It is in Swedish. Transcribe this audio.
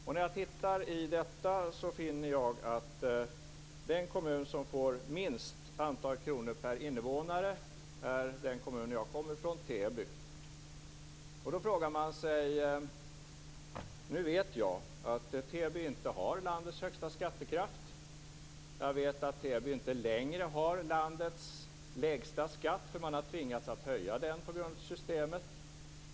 När jag tittar i uträkningen finner jag att den kommun som får minst antal kronor per invånare är den kommun jag kommer ifrån, Täby. Nu vet jag att Täby inte har landets högsta skattekraft. Jag vet att Täby inte längre har landets lägsta skatt, eftersom man har tvingats att höja den på grund av systemet.